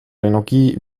energie